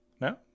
No